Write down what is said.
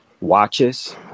watches